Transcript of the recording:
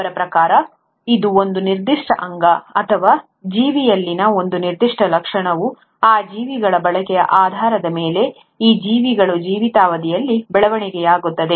ಅವರ ಪ್ರಕಾರ ಇದು ಒಂದು ನಿರ್ದಿಷ್ಟ ಅಂಗ ಅಥವಾ ಜೀವಿಯಲ್ಲಿನ ಒಂದು ನಿರ್ದಿಷ್ಟ ಲಕ್ಷಣವು ಆ ಜೀವಿಗಳ ಬಳಕೆಯ ಆಧಾರದ ಮೇಲೆ ಆ ಜೀವಿಗಳ ಜೀವಿತಾವಧಿಯಲ್ಲಿ ಬೆಳವಣಿಗೆಯಾಗುತ್ತದೆ